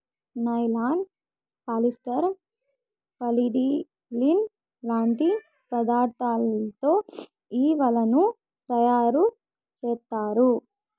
nylon, polyester, polyethylene లాంటి పదార్థాలతో ఈ వలలను తయారుచేత్తారు